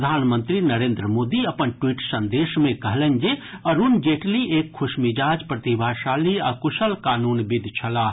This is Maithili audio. प्रधानमंत्री नरेन्द्र मोदी अपन ट्वीट संदेश मे कहलनि जे अरूण जेटली एक खुशमिजाज प्रतिभाशाली आ कुशल कानूनविद छलाह